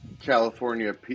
California